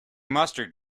mustard